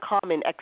common